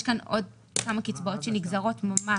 יש כאן עוד כמה קצבאות שנגזרות ממש